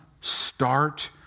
Start